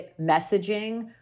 messaging